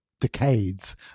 decades